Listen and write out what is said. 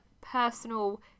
personal